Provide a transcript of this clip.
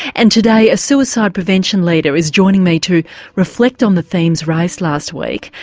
and today a suicide prevention leader is joining me to reflect on the themes raised last week.